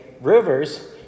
rivers